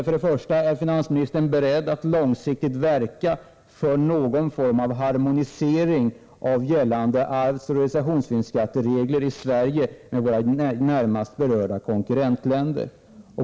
För det första: Är finansministern beredd att långsiktigt verka för någon form av harmonisering av gällande arvsoch realisationsvinstsskatteregler i Sverige med dem i våra närmast berörda konkurrentländer?